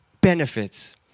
benefits